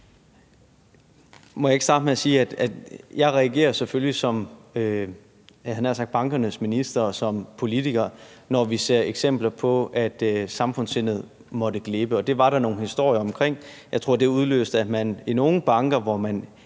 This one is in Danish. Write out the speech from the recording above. reagerer som bankernes minister og som politiker, når vi ser eksempler på, at samfundssindet er glippet, som der var nogle historier om, og jeg tror, at det udløste, at man i nogle banker, hvor man